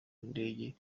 rw’indege